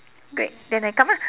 great then I come lah